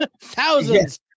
thousands